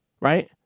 right